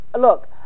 Look